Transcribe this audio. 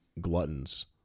gluttons